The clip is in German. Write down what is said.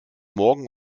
morgen